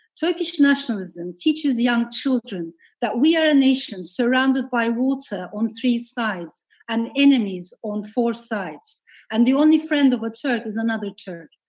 turkish nationalism teaches young children that we are a nation surrounded by water on three sides and enemies on four sides and the only friend of a turk is another turk.